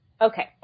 Okay